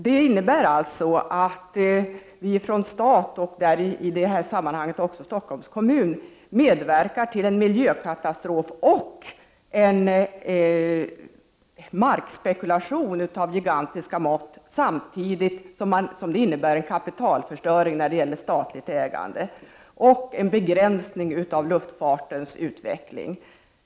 Det innebär alltså att staten, och i detta fall även Stockholms kommun, medverkar till en miljökatastrof och en markspekulation av gigantiska mått, samtidigt som detta innebär en kapitalförstöring i fråga om statligt ägande och en begränsning av luftfartens utveckling.